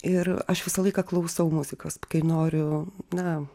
ir aš visą laiką klausau muzikos kai noriu na